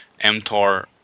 mTOR